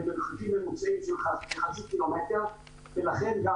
במרחקים ממוצעים של חצי ק"מ ולכן גם